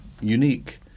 unique